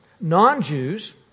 non-Jews